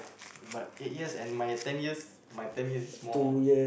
but eight years and my ten years my ten years is more